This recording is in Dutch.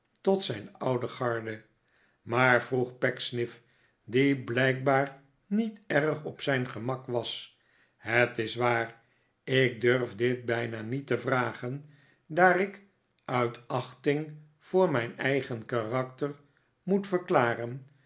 tot zijn oude garde maar vroeg pecksniff die blijkbaar niet erg op zijn gemak was het is waar ik durf dit bijna niet te vragen daar ik uit achting voor mijn eigen karakter moet verklaren